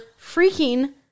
freaking